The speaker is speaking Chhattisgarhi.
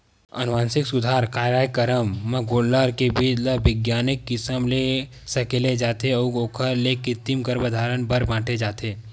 अनुवांसिक सुधार कारयकरम म गोल्लर के बीज ल बिग्यानिक किसम ले सकेले जाथे अउ ओखर ले कृतिम गरभधान बर बांटे जाथे